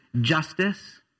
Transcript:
justice